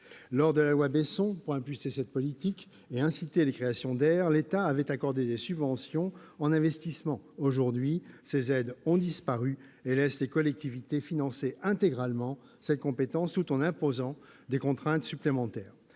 suite de la loi Besson, pour impulser cette politique et inciter les créations d'aires, l'État avait accordé des subventions d'investissement. Aujourd'hui, ces aides ont disparu et laissent les collectivités financer intégralement cette compétence, tout en imposant des contraintes supplémentaires.